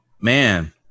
Man